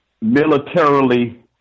militarily